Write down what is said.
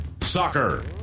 Soccer